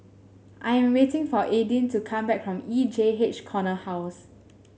I am waiting for Aydin to come back from E J H Corner House